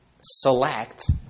select